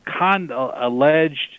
alleged